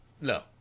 no